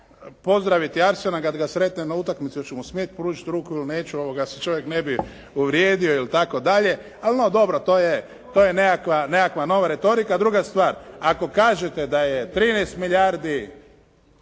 pozdraviti Arsena kad ga sretnem na utakmici hoću mu smjeti pružiti ruku ili neću da se čovjek ne bi uvrijedio itd. Ali no dobro. To je nekakva nova retorika. Druga stvar. Ako kažete da je 13 milijardi,